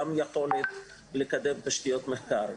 תהיה גם יכולת לקדם תשתיות מחקר,